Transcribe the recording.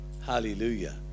hallelujah